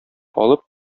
алып